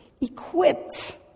equipped